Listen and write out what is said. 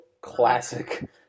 classic